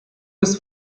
was